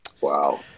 Wow